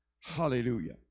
Hallelujah